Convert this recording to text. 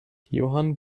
johann